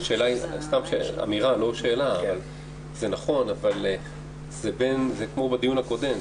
זה נכון, אבל זה כמו בדיון הקודם.